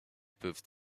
peuvent